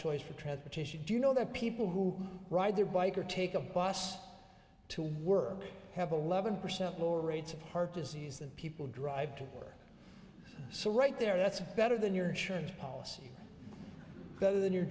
choice for transportation do you know that people who ride their bike or take a bus to work have eleven percent lower rates of heart disease than people drive to work so right there that's better than your insurance policy rather than your